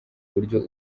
buryo